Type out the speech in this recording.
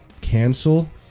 cancel